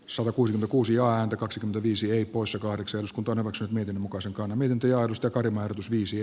salla kuusi l kuusi ääntä kaksikymmentäviisi usa kahdeksan osku torrokset miten muka sekaantuminen työ alusta kari markus viisi